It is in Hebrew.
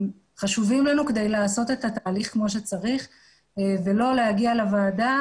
הם חשובים לנו כדי לעשות את התהליך כמו שצריך ולא להגיע לוועדה